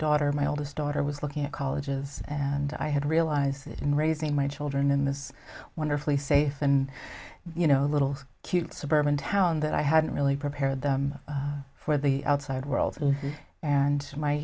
daughter my oldest daughter was looking at colleges and i had realized that in raising my children in this wonderfully safe and you know little cute suburban town that i hadn't really prepared for the outside world and my